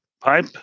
pipe